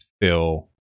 fill